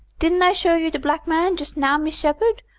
didn't i show you de black man just now, miss sheppard,